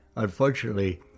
unfortunately